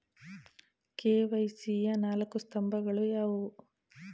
KYC ಯ ನಾಲ್ಕು ಸ್ತಂಭಗಳು ಯಾವುವು?